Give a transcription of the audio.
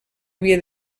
havia